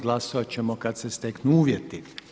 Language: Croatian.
Glasovati ćemo kada se steknu uvjeti.